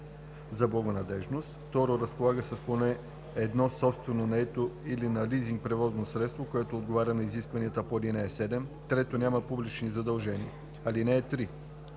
за благонадеждност; 2. разполага с поне едно собствено, наето или на лизинг превозно средство, което отговаря на изискванията по ал. 7; 3. няма публични задължения. (3)